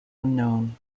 unknown